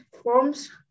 forms